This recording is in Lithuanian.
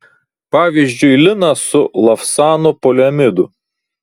pavyzdžiui linas su lavsanu poliamidu